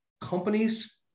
companies